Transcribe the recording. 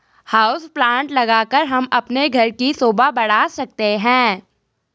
house plant लगाकर हम अपने घर की शोभा बढ़ा सकते हैं